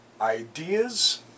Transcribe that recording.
ideas